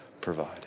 provide